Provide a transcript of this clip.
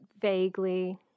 Vaguely